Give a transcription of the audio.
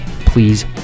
please